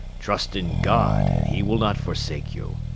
trust in god, and he will not forsake you.